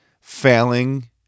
failing